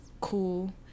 cool